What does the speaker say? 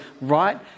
right